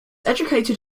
educated